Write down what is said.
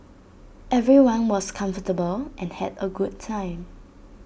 everyone was comfortable and had A good time